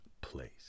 place